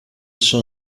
sono